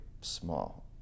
small